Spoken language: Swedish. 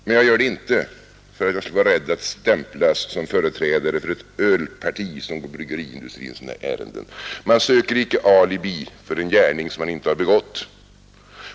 Men jag gör det inte därför att jag skulle vara rädd att stämplas som företrädare för ett ”ölparti” som går bryggeriindustrins ärenden. Man söker inte alibi för en gärning som man icke har begått.